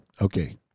Okay